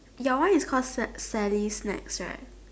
ya one is call Sa~ Sally's snacks right